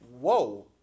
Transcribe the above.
whoa